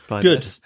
Good